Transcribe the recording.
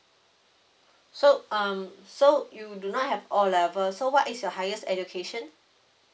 so um so you do not have O level so what is your highest education